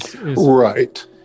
Right